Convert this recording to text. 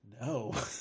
No